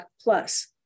plus